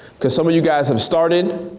cause some of you guys have started,